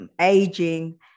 aging